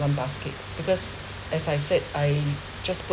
a basket because as I said I just put